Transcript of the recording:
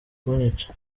kunyica